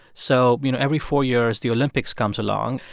so, you know, every four years, the olympics comes along.